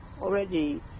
already